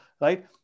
right